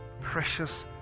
precious